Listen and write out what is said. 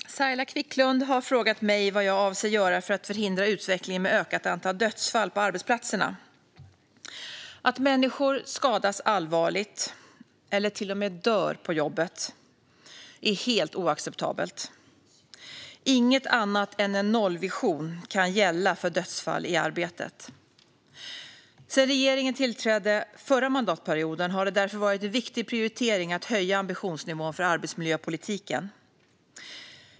Fru talman! Saila Quicklund har frågat mig vad jag avser att göra för att förhindra utvecklingen med ett ökat antal dödsfall på arbetsplatserna. Att människor skadas allvarligt eller till och med dör på jobbet är helt oacceptabelt. Inget annat än en nollvision kan gälla för dödsfall i arbetet. Sedan regeringen tillträdde förra mandatperioden har det därför varit en viktig prioritering att höja ambitionsnivån för arbetsmiljöpolitiken.